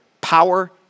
power